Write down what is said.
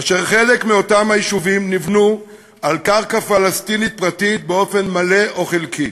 חלק מאותם יישובים נבנו על קרקע פלסטינית פרטית באופן מלא או חלקי.